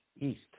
east